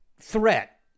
threat